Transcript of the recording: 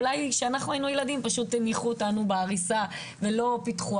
מה שאולי כשאנחנו היינו ילדים פשוט הניחו אותנו בעריסה ולא פיתוח.